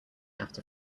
after